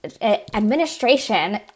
administration